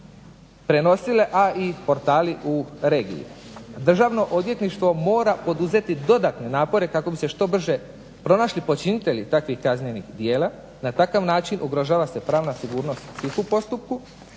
a i portali u regiji. Državno odvjetništvo mora poduzeti dodatne napore kako bi se što brže pronašli počinitelji takvih kaznenih djela. Na takav način ugrožava se pravna sigurnost svih u postupku